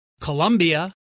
Colombia